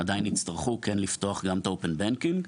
כן יצטרכו לפתוח גם open banking,